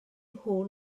nhw